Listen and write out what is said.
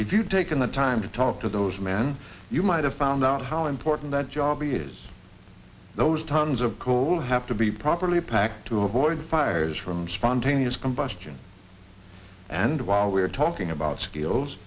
if you've taken the time to talk to those men you might have found out how important that job is those tons of coal have to be properly packed to avoid fires from spontaneous combustion and while we're talking about skills